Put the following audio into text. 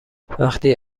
وقتی